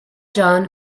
john